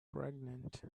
pregnant